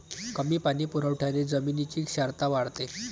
कमी पाणी पुरवठ्याने जमिनीची क्षारता वाढते